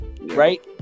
right